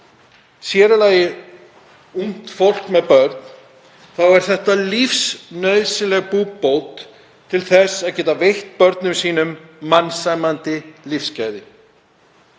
sér í lagi ungt fólk með börn, er þetta lífsnauðsynleg búbót til þess að geta veitt börnum sínum mannsæmandi lífsgæði.